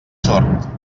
sord